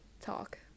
talk